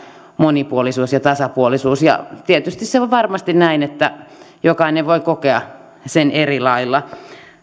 monipuolisuus ja tasapuolisuus tietysti se on varmasti näin että jokainen voi kokea sen eri lailla